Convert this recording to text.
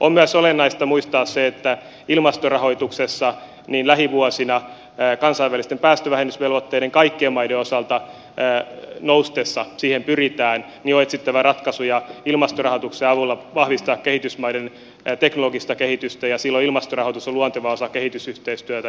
on myös olennaista muistaa se että ilmastorahoituksessa lähivuosina kansainvälisten päästövähennysvelvoitteiden kaikkien maiden osalta noustessa siihen pyritään on etsittävä ratkaisuja kuinka ilmastorahoituksen avulla vahvistetaan kehitysmaiden teknologista kehitystä ja silloin ilmastorahoitus on luonteva ja kasvava osa kehitysyhteistyötä